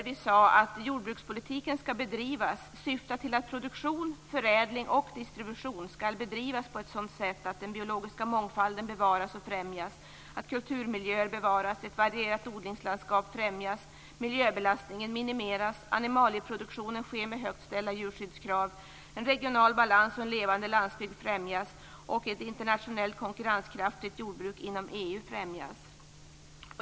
Vi sade att jordbrukspolitiken skall bedrivas på ett sådant sätt att den syftar till att produktion, förädling och distribution skall bedrivas på ett sådant sätt att den biologiska mångfalden bevaras och främjas, att kulturmiljöer bevaras, att ett varierat odlingslandskap främjas, att miljöbelastningen minimeras, att animalieproduktionen sker med högt ställda djurskyddskrav, att en regional balans och en levande landsbygd främjas och att ett internationellt konkurrenskraftigt jordbruk inom EU främjas.